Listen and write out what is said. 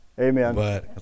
Amen